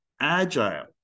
agile